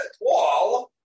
wall